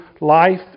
life